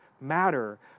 matter